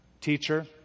teacher